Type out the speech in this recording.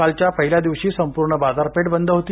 कालच्या पहिल्या दिवशी संपूर्ण बाजार पेठ बंद होती